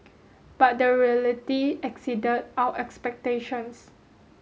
but the reality exceeded our expectations